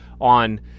on